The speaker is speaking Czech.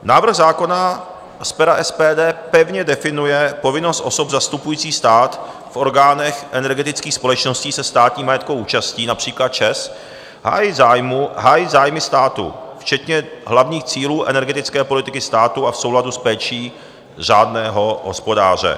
Návrh zákona z pera SPD pevně definuje povinnost osob zastupující stát v orgánech energetických společností se státním majetkovou účastí, například ČEZ, a jejich zájmu hájit zájmy státu včetně hlavních cílů energetické politiky státu a v souladu s péčí řádného hospodáře.